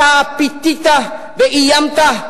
אתה פיתית ואיימת,